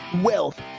wealth